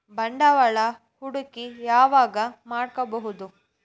ಬಂಡವಾಳ ಹೂಡಕಿ ಯಾವಾಗ್ ಮಾಡ್ಬಹುದು?